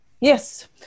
Yes